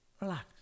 Relax